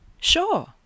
Sure